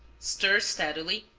stir steadily,